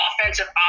offensive